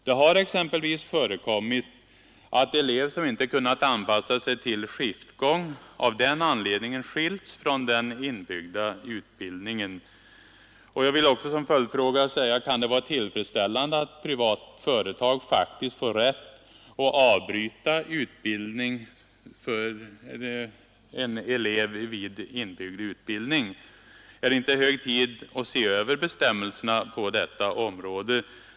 Det har exempelvis förekommit att elev som inte kunnat anpassa sig till skiftgång av den anledningen skilts från den inbyggda utbildningen. Jag vill därför ställa en följdfråga: Kan det vara tillfredsställande att ett privat företag faktiskt får rätt att avbryta utbildningen för en elev i inbyggd utbildning? Är det inte hög tid att se över bestämmelserna på detta område?